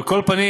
על כל פנים,